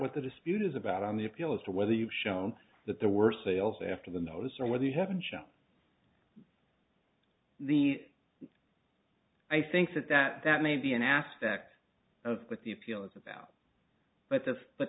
what the dispute is about on the appeal as to whether you've shown that there were sales after the notice or whether you haven't shown the i think that that that may be an aspect of what the appeal is about but the but